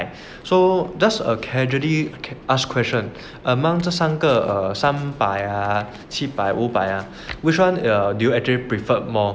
so just a casually ask question among 这三个三百七百五百啊 which one do you actually prefer more